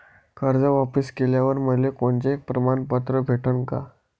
कर्ज वापिस केल्यावर मले कोनचे प्रमाणपत्र भेटन का?